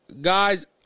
guys